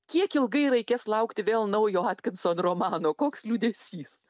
kiek ilgai reikės laukti vėl naujo atkinson romano koks liūdesys